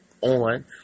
on